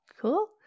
Cool